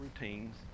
routines